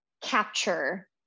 capture